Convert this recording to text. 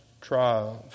triumph